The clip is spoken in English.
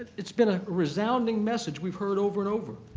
it's been a resounding message we've heard over and over.